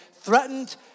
threatened